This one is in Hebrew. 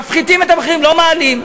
מפחיתים את המחירים, לא מעלים.